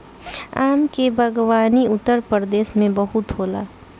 आम के बागवानी उत्तरप्रदेश में बहुते होला